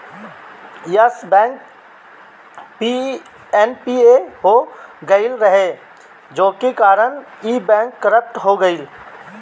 Yes Bank NPA हो गईल रहे जेकरी कारण इ बैंक करप्ट हो गईल